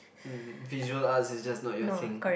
uh visual arts is just not your thing